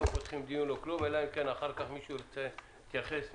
לא פותחים דיון ולא כלום אלא אם כן מישהו ירצה להתייחס נקודתית.